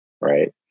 right